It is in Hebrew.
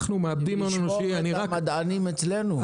אנחנו מאבדים הון אנושי --- לשמור את המדענים אצלנו.